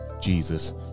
Jesus